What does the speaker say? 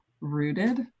rooted